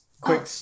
quick